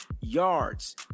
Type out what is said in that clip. yards